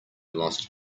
lost